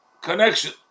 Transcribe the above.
connection